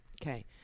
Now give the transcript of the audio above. Okay